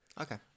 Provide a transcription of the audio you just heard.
Okay